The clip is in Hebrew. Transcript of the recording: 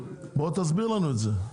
תסביר לנו את זה.